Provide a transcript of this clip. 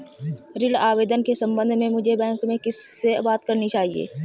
ऋण आवेदन के संबंध में मुझे बैंक में किससे बात करनी चाहिए?